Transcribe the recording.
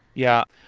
yeah,